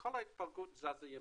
כל ההתפלגות זזה ימינה,